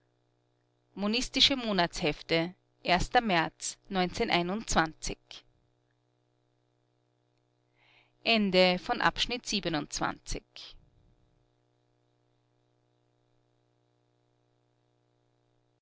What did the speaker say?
monistische monatshefte märz